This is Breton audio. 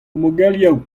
mogerioù